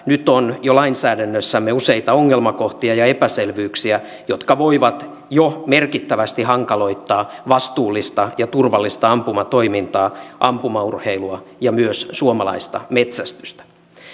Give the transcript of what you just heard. nyt on jo lainsäädännössämme useita ongelmakohtia ja epäselvyyksiä jotka voivat jo merkittävästi hankaloittaa vastuullista ja turvallista ampumatoimintaa ampumaurheilua ja myös suomalaista metsästystä